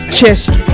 Chest